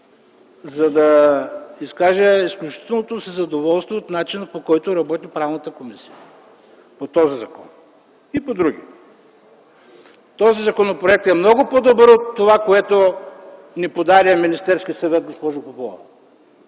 за да изкажа изключителното си задоволство от начина, по който Правната комисия работи по този закон, а и по други. Този законопроект е много по-добър от това, което ни подаде Министерският съвет, госпожо Попова.